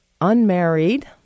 unmarried